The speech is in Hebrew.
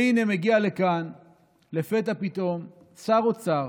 והינה, מגיע לכאן לפתע פתאום שר אוצר